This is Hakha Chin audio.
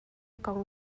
kong